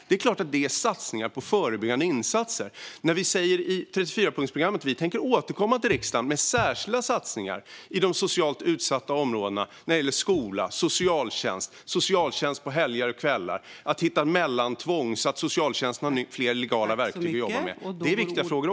Det är klart att det är satsningar på förebyggande insatser. Vi säger i 34-punktsprogrammet att vi tänker återkomma till riksdagen med särskilda satsningar i de socialt utsatta områdena när det gäller skola, socialtjänst - socialtjänst på helger och kvällar - samt mellantvång, så att socialtjänsten har fler legala verktyg att jobba med. Det är också viktiga frågor.